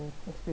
and still